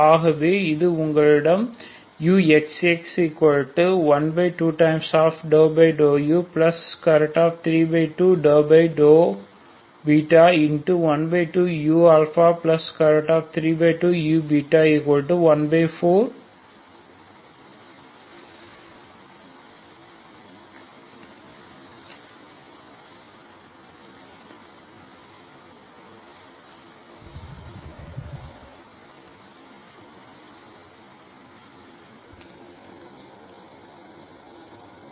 ஆகவே இது உங்களிடம் uxx12∂α32∂β12u32u14uαα32uαβ34uββ